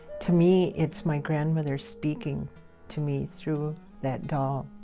to me it's my grandmother speaking to me through that doll.